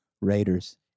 Raiders